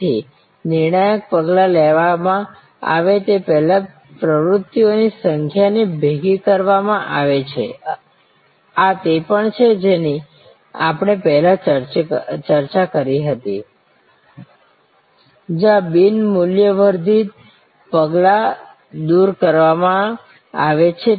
તેથી નિર્ણાયક પગલાં લેવામાં આવે તે પહેલાં પ્રવૃત્તિઓની સંખ્યાને ભેગી કરવામાં આવે છે આ તે પણ છે જેની આપણે પહેલાં ચર્ચા કરી છે જ્યાં બિન મૂલ્યવર્ધિત પગલાં દૂર કરવામાં આવે છે